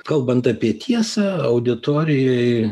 kalbant apie tiesą auditorijoj